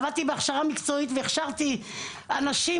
אני עסקתי בהכשרה מקצועית והכשרתי אנשים.